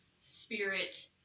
spirit